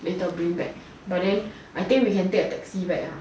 later bring back but then I think we can take a taxi back ah